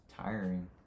tiring